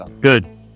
Good